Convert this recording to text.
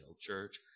church